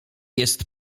jest